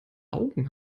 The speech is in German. augen